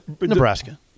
Nebraska